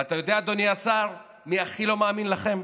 ואתה יודע, אדוני השר, מי הכי לא מאמין לכם?